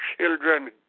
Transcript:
children